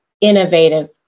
innovative